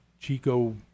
Chico